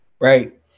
Right